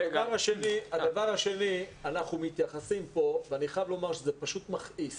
דבר שני, זה פשוט מכעיס